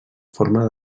forma